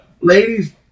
ladies